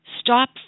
stop